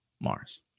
mars